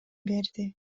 берди